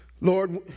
Lord